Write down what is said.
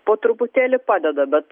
po truputėlį padeda bet